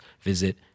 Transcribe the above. visit